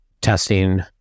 testing